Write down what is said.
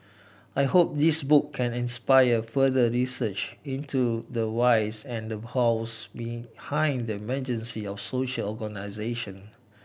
I hope this book can inspire further research into the whys and the hows behind the emergence of social organisation